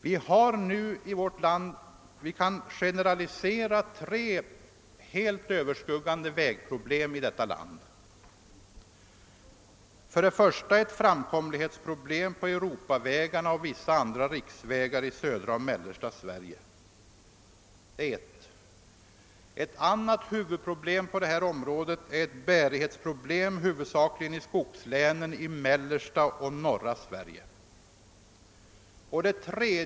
Vi har nu i detta land grovt generaliserat tre problem på vägbyggandets område vilka vi alla brottas med, och alla tre problemen är i och för sig lika angelägna att diskutera: 2. Ett bärighetsproblem i huvudsak i skogslänen i mellersta och norra Sverige. 3.